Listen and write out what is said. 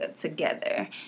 together